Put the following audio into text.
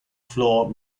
floor